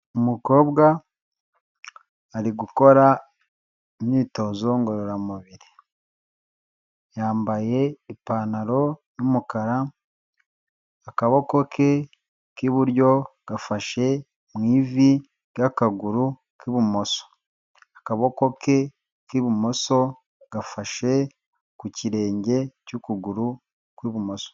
Umukobwa ari gukora imyitozo ngororamubiri yambaye ipantaro y'umukara, akaboko ke k'iburyo gafashe mu ivi ry'akaguru k'ibumoso, akaboko ke k'ibumoso gafashe ku kirenge cy'ukuguru kw'ibumoso.